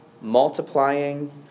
multiplying